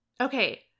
Okay